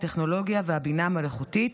הטכנולוגיה והבינה המלאכותית,